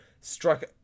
struck